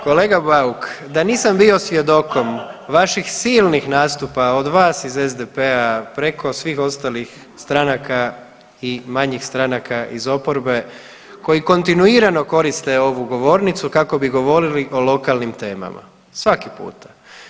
Kolega Bauk da nisam bio svjedokom vaših silnih nastupa od vas iz SDP-a preko svih ostalih stranaka i manjih stranaka iz oporbe koji kontinuirano koriste ovu govornicu kako bi govorili o lokalnim temama, svaki puta.